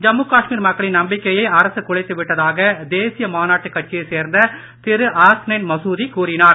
ஜம்மு காஷ்மீர் மக்களின் நம்பிக்கையை அரசு குலைத்து விட்டதாக தேசிய மாநாட்டுக் கட்சியைச் சேர்ந்த திரு ஹாஸ்னைன் மசூதி கூறினார்